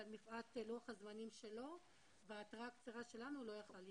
אבל מפאת לוח הזמנים שלו וההתראה הקצרה שלנו הוא לא יכול להשתתף.